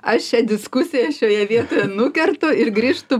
aš šią diskusiją šioje vietoje nukertu ir grįžtu